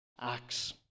acts